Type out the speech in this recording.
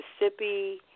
Mississippi